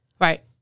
right